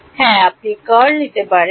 হ্যাঁ আপনি কার্ল নিতে পারেন